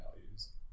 values